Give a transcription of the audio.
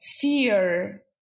fear